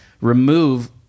remove